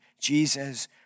Jesus